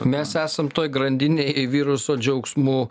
mes esam toj grandinėj viruso džiaugsmu